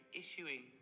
issuing